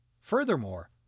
Furthermore